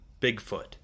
Bigfoot